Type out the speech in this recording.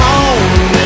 on